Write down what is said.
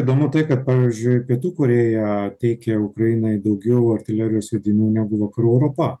įdomu tai kad pavyzdžiui pietų korėja teikia ukrainai daugiau artilerijos sviedinių negu vakarų europa